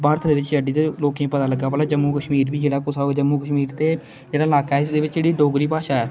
भारत दे बिच लोके गी पता लगा कि जम्मू कशमीर बी जेहड़ा कुसै जम्मू कशमीर दा जेहड़ा इलाका इसदे बिच जेहडी डोगरी भाशा ऐ